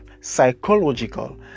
psychological